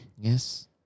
Yes